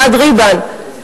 אלעד ריבן,